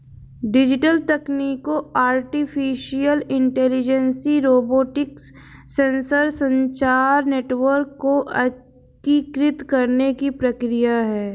digital तकनीकों artificial intelligence, robotics, sensor, संचार network को एकीकृत करने की प्रक्रिया है